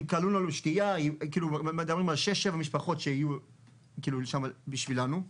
אנחנו מדברים על שש-שבע משפחות שהגיעו לשם בשבילנו,